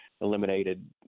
eliminated